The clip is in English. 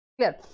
Clear